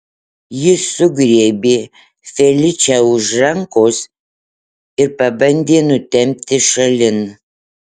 jis sugriebė feličę už rankos ir pabandė nutempti šalin